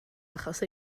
achos